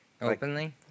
Openly